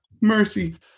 Mercy